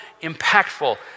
impactful